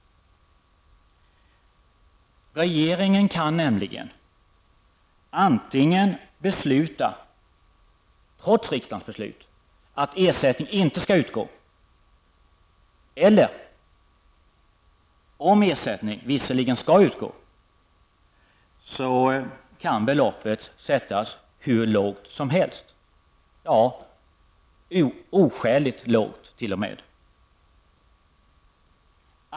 Regeringen kan, mot riksdagens beslut, antingen besluta att ersättning inte skall utgå eller att ersättningsbeloppet, om det skall utgå, kan sättas hur lågt som helst, ja, t.o.m. oskäligt lågt.